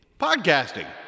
Podcasting